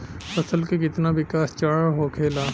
फसल के कितना विकास चरण होखेला?